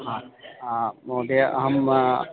हा महोदय अहम्